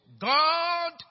God